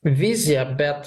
vizija bet